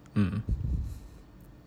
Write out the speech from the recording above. mm